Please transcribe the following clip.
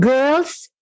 Girls